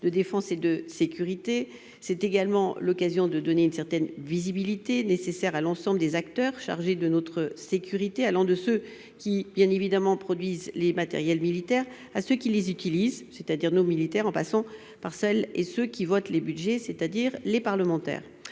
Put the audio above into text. de défense et de sécurité, c'est également l'occasion de donner une certaine visibilité nécessaire à l'ensemble des acteurs chargés de notre sécurité allant de ce qui bien évidemment produisent les matériels militaires à ceux qui les utilisent, c'est-à-dire nos militaires en passant par celles et ceux qui votent les Budgets c'est-à-dire les parlementaires